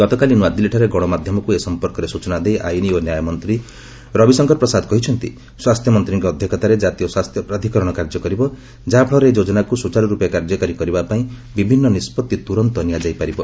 ଗତକାଲି ନୁଆଦିଲ୍ଲୀଠାରେ ଗଣମାଧ୍ୟମକୁ ଏ ସମ୍ପର୍କରେ ସ୍ୱଚନା ଦେଇ ଆଇନ ଓ ନ୍ୟାୟ ମନ୍ତ୍ରୀ ରବିଶଙ୍କର ପ୍ରସାଦ କହିଛନ୍ତି ସ୍ୱାସ୍ଥ୍ୟମନ୍ତ୍ରୀଙ୍କ ଅଧ୍ୟକ୍ଷତାରେ କାତୀୟ ସ୍ୱାସ୍ଥ୍ୟ ପ୍ରାଧିକରଣ କାର୍ଯ୍ୟ କରିବ ଯାହାଫଳରେ ଏହି ଯୋଜନାକୁ ସୁଚାରୁର୍ପେ କାର୍ଯ୍ୟକାରୀ କରିବାପାଇଁ ବିଭିନ୍ନ ନିଷ୍ପଭି ତୁରନ୍ତ ନିଆଯାଇପାରିବ